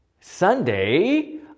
Sunday